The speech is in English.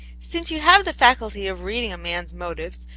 since you have the faculty of read ing a man's motives,